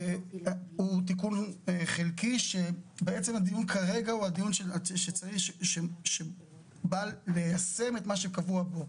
הוא תיקון חלקי שבעצם הדיון כרגע הוא הדיון שבא ליישם את מה שקבוע בו.